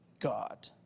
God